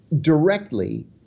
directly